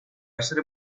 essere